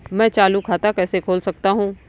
मैं चालू खाता कैसे खोल सकता हूँ?